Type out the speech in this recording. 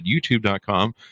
youtube.com